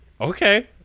okay